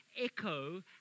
echo